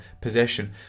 possession